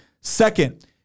Second